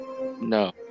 No